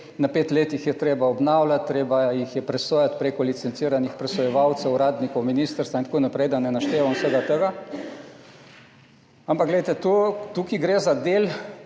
na pet let jih je treba obnavljati, treba jih je presojati prek licenciranih presojevalcev, uradnikov ministrstva in tako naprej, da ne naštevam vsega tega. Ampak tukaj gre za del